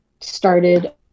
started